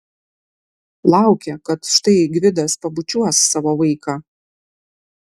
laukė kad štai gvidas pabučiuos savo vaiką